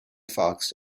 fox